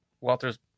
Walters